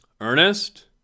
Ernest